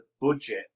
budget